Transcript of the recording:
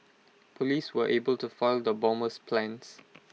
Police were able to foil the bomber's plans